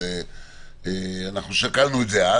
אבל אנחנו שקלנו את זה אז.